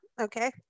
Okay